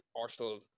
Arsenal